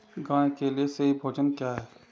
गाय के लिए सही भोजन क्या है?